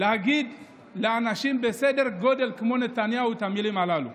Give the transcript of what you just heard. להגיד לאנשים בסדר גודל כמו של נתניהו את המילים הללו.